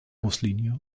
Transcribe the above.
buslinie